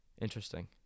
Interesting